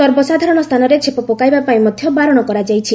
ସର୍ବସାଧାରଣ ସ୍ଥାନରେ ଛେପ ପକାଇବାପାଇଁ ମଧ୍ୟ ବାରଣ କରାଯାଇଛି